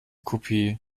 kopie